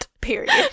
Period